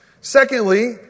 Secondly